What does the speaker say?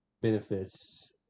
Benefits